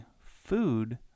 food